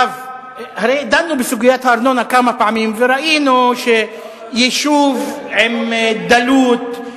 הרי דנו בסוגיית הארנונה כמה פעמים וראינו שביישוב עם דלות,